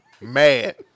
Mad